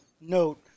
note